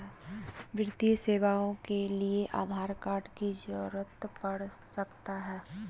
वित्तीय सेवाओं के लिए आधार कार्ड की जरूरत पड़ सकता है?